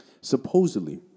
supposedly